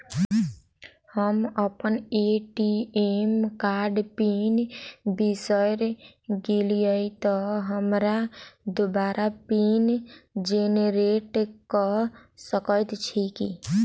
हम अप्पन ए.टी.एम कार्डक पिन बिसैर गेलियै तऽ हमरा दोबारा पिन जेनरेट कऽ सकैत छी की?